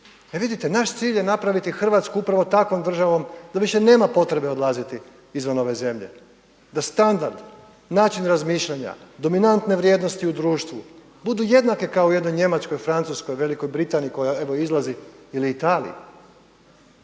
E vidite, naš cilj je napraviti Hrvatsku upravo takvom državom da više nema potrebe odlaziti izvan ove zemlje, da standard, način razmišljanja, dominantne vrijednosti u društvu budu jednake kao u jednoj Njemačkoj, Francuskoj, Velikoj Britaniji koja evo izlazi ili Italiji.